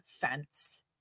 fence